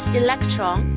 electron